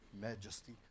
majesty